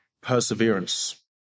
perseverance